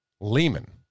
Lehman